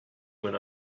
when